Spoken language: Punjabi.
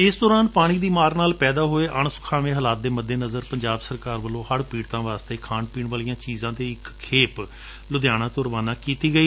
ਇਸ ਦੌਰਾਨ ਪਾਣੀ ਦੀ ਮਾਰ ਨਾਲ ਪੈਦਾ ਹੋਏ ਅਣਸੁਖਾਵੇਂ ਹਾਲਾਤ ਦੇ ਮੱਦੇ ਨਜ਼ਰ ਪੰਜਾਬ ਸਰਕਾਰ ਵੱਲੋਂ ਹੜ ਪੀੜਤਾਂ ਵਾਸਤੇ ਖਾਣ ਪੀਣ ਵਾਲੀਆਂ ਚੀਜ਼ਾਂ ਦੀ ਇਕ ਖੇਪ ਲੁਧਿਆਣਾ ਤੋਂ ਰਵਾਨਾ ਕੀਤੀ ਗਈ